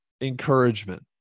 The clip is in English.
encouragement